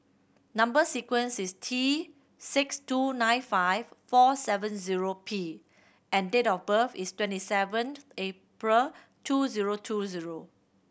number sequence is T six two nine five four seven zero P and date of birth is twenty sevened April two zero two zero